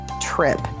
trip